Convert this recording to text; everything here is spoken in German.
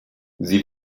sie